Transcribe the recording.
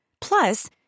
Plus